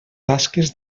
tasques